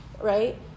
right